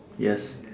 yes